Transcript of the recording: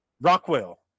Rockwell